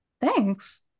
thanks